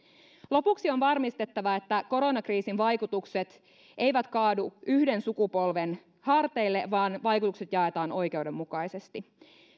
lopuksi on varmistettava että koronakriisin vaikutukset eivät kaadu yhden sukupolven harteille vaan vaikutukset jaetaan oikeudenmukaisesti